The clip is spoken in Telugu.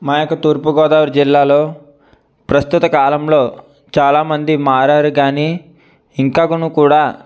మా యొక్క తూర్పు గోదావరి జిల్లాలో ప్రస్తుత కాలంలో చాలామంది మారారు కాని ఇంకా కొని కూడా